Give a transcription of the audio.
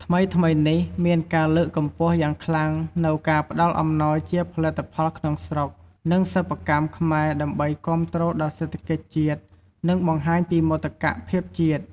ថ្មីៗនេះ មានការលើកកម្ពស់យ៉ាងខ្លាំងនូវការផ្តល់អំណោយជាផលិតផលក្នុងស្រុក និងសិប្បកម្មខ្មែរ ដើម្បីគាំទ្រដល់សេដ្ឋកិច្ចជាតិ និងបង្ហាញពីមោទកភាពជាតិ។